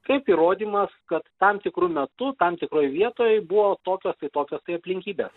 kaip įrodymas kad tam tikru metu tam tikroj vietoj buvo tokios tai tokios tai aplinkybės